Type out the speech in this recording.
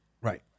Right